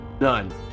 None